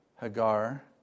Hagar